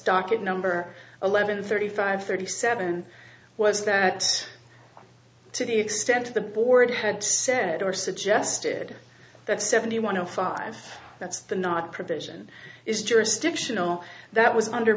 docket number eleven thirty five thirty seven was that to the extent of the board had said or suggested that seventy one of five that's the not provision is jurisdictional that was